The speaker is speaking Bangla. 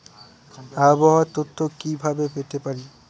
আবহাওয়ার তথ্য কি কি ভাবে পেতে পারি?